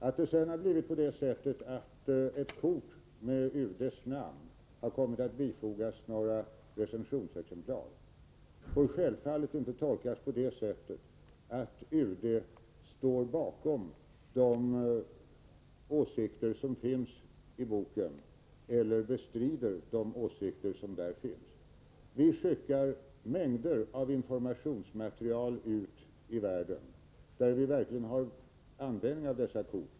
Att det sedan har blivit på det sättet att ett kort med UD:s namn har kommit att bifogas några recensionsexemplar får självfallet inte tolkas så att UD står bakom eller bestrider de åsikter som finns i boken. Vi skickar ut mängder av informationsmaterial i världen, och då har vi verkligen användning av detta kort.